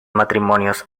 matrimonios